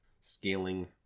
Scaling